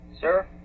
Sir